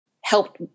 helped